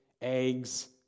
eggs